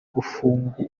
gufungwa